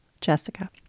Jessica